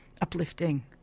uplifting